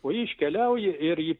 o ji iškeliauja ir ji